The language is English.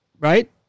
Right